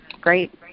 great